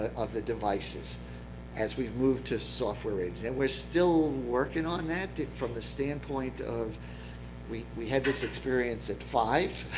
ah of the devices as we've moved to software. and we're still working on that that from the standpoint of we we had this experience at five.